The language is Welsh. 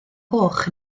goch